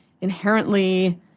inherently